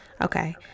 Okay